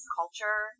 culture